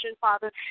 Father